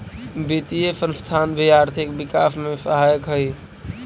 वित्तीय संस्थान भी आर्थिक विकास में सहायक हई